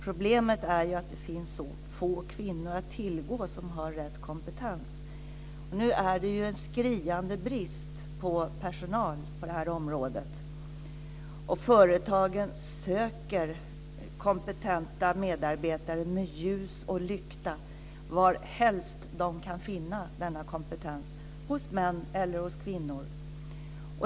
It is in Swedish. Problemet är att det finns så få kvinnor att tillgå som har rätt kompetens. Nu är det ett skriande brist på personal på det här området. Företagen söker kompetenta medarbetare med ljus och lykta, var helst de kan finna denna kompetens, hos män eller hos kvinnor.